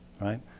right